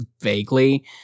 vaguely